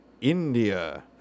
India